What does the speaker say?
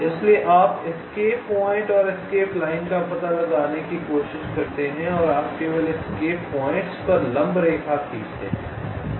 इसलिए आप escape point और एस्केप लाइन का पता लगाने की कोशिश करते हैं और आप केवल एस्केप पॉइंट्स पर लंब रेखा खींचते हैं